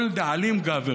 כל דאלים גבר,